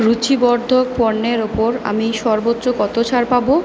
রূচিবর্ধক পণ্যের ওপর আমি সর্বোচ্চ কতো ছাড় পাবো